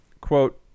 Quote